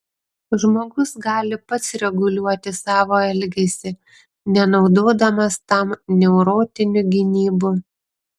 žmogus gali pats reguliuoti savo elgesį nenaudodamas tam neurotinių gynybų